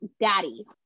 daddy